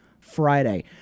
Friday